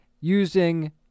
using